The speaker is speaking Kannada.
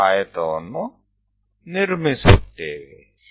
ಮೀ ಆಯತವನ್ನು ನಿರ್ಮಿಸುತ್ತೇವೆ